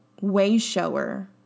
way-shower